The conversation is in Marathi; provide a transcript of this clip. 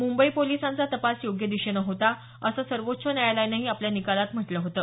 मुंबई पोलिसांचा तपास योग्य दिशेनं होता असं सर्वोच्च न्यायालयानंही आपल्या निकालात म्हटलं होतं